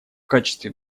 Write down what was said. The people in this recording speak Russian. качестве